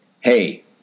hey